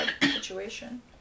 situation